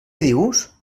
dius